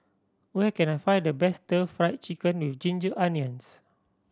where can I find the best Stir Fried Chicken With Ginger Onions